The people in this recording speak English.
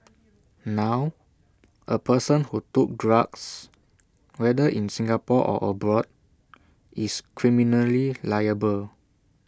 now A person who took drugs whether in Singapore or abroad is criminally liable